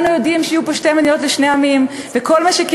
כולנו יודעים שיהיו פה שתי מדינות לשני עמים,